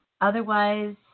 otherwise